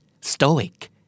Stoic